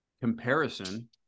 comparison